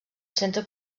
centre